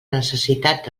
necessitat